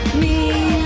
me!